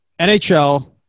NHL